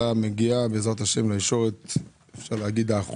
ההצעה מגיעה, בעזרת השם, לישורת האחרונה.